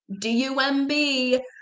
D-U-M-B